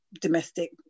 domestic